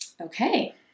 Okay